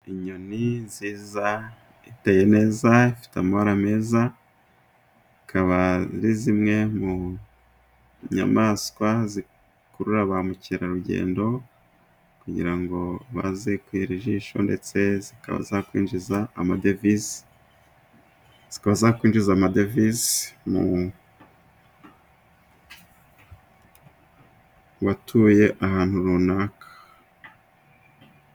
Inyoni nziza ziteye neza, zifite amabara meza, akaba ari zimwe mu nyamaswa zikurura ba mukerarugendo kugira ngo baze kwihera ijisho. Zikaba zakwinjiza amadovize mu batuye ahantu runaka.